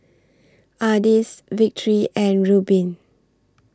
Ardis Victory and Rubin